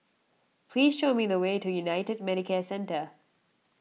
please show me the way to United Medicare Centre